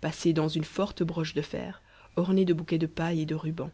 passée dans une forte broche de fer ornée de bouquets de paille et de rubans